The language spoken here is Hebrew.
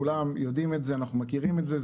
כולם יודעים את זה, אנחנו מכירים את זה.